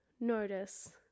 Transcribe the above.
notice